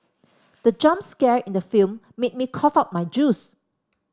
the jump scare in the film made me cough out my juice